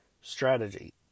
strategy